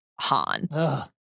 Han